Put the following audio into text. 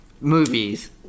movies